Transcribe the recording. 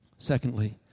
Secondly